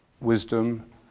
wisdom